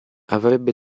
avrebbe